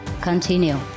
continue